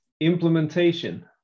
implementation